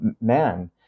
man